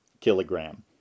kilogram